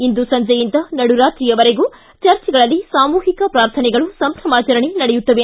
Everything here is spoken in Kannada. ಇಂದು ಸಂಜೆಯಿಂದ ನಡುರಾತ್ರಿವರೆಗೂ ಚರ್ಚ್ಗಳಲ್ಲಿ ಸಾಮೂಹಿಕ ಪ್ರಾರ್ಥನೆಗಳು ಸಂಭ್ರಮಾಚರಣೆ ನಡೆಯುತ್ತವೆ